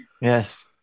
Yes